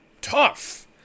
Tough